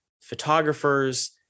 photographers